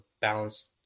balanced